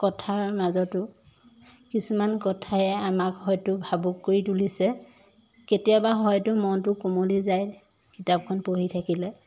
কথাৰ মাজতো কিছুমান কথাই আমাক হয়তো ভাবুক কৰি তুলিছে কেতিয়াবা হয়তো মনটো কোমলি যায় কিতাপখন পঢ়ি থাকিলে